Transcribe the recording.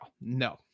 No